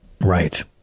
right